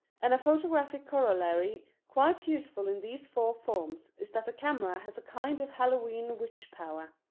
and a photographic corollary quite useful in these four forms is that the camera has a kind of hallowe'en witch-power.